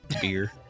beer